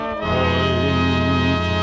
point